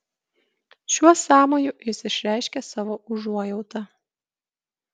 šiuo sąmoju jis išreiškė savo užuojautą